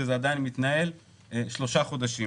וזה עדיין מתנהל כבר שלושה חודשים.